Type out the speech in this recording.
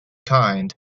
kind